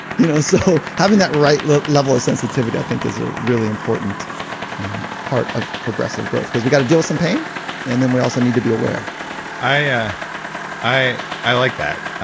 you know, so having that right level of sensitivity, i think, is a really important part of progressive growth. cause we gotta deal with some pain and then we also need to be aware i yeah i like that.